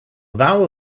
vow